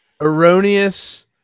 erroneous